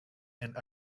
and